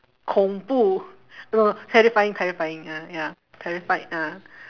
恐怖：kong bu no terrifying terrifying ah ya terrified ah